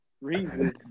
reason